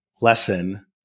lesson